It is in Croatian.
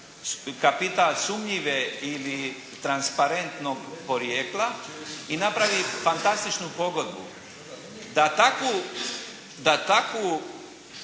kapital sumnjive ili transparentnog porijekla i napravi fantastičnu pogodbu da takvu